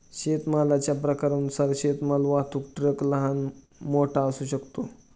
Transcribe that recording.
शेतमालाच्या प्रकारानुसार शेतमाल वाहतूक ट्रक लहान, मोठा असू शकतो